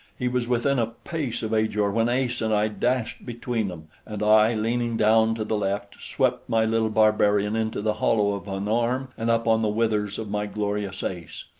he was within a pace of ajor when ace and i dashed between them, and i, leaning down to the left, swept my little barbarian into the hollow of an arm and up on the withers of my glorious ace.